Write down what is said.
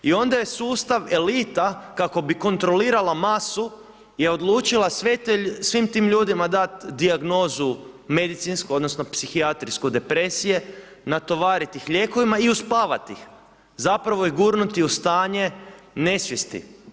I onda je sustav elita, kako bi kontrolirala masu je odlučila svim tim ljudima dati dijagnozu medicinsku, odnosno, psihijatrijske depresije, natovariti ih lijekovima i uspavati ih, zapravo ih gurnuti u stanje nesvijesti.